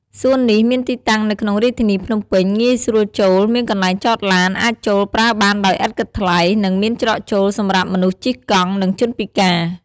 សួននេះមានទីតាំងនៅក្នុងរាជធានីភ្នំពេញ ងាយស្រួលចូល មានកន្លែងចតឡាន អាចចូលប្រើបានដោយឥតគិតថ្លៃ និងមានច្រកចូលសម្រាប់មនុស្សជិះកង់ និង ជនពិការ។